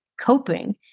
coping